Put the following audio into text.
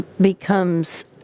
becomes